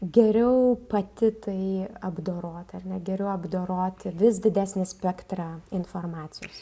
geriau pati tai apdorot ar ne geriau apdoroti vis didesnį spektrą informacijos